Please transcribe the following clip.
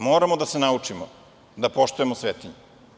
Moramo da se naučimo da poštujemo svetinje.